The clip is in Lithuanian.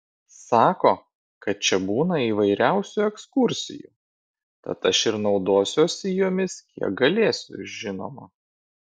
sako kad čia būna įvairiausių ekskursijų tad aš ir naudosiuosi jomis kiek galėsiu žinoma